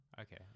Okay